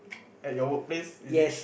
at your work place is it